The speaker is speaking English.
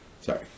Sorry